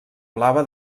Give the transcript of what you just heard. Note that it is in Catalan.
blava